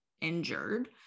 injured